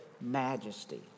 majesty